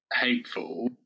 hateful